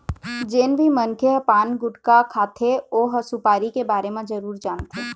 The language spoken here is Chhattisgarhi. जेन भी मनखे ह पान, गुटका खाथे ओ ह सुपारी के बारे म जरूर जानथे